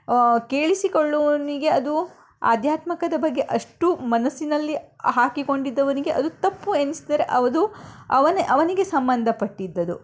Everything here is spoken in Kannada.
ಕೇಳಿಸಿಕೊಳ್ಳುವವನಿಗೆ ಅದು ಆಧ್ಯಾತ್ಮಿಕದ ಬಗ್ಗೆ ಅಷ್ಟು ಮನಸ್ಸಿನಲ್ಲಿ ಹಾಕಿಕೊಂಡಿದ್ದವನಿಗೆ ಅದು ತಪ್ಪು ಎನಿಸಿದರೆ ಅದು ಅವನೇ ಅವನಿಗೆ ಸಂಬಂಧಪಟ್ಟಿದ್ದದು